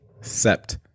Sept